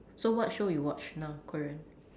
so what show you watch now Korean